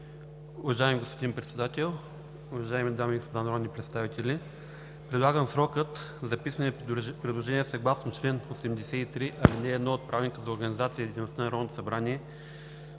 Уважаеми господин Председател, уважаеми дами и господа народни представители! Предлагам срокът за писмени предложения съгласно чл. 83, ал. 1 от Правилника за организацията и дейността на Народното събрание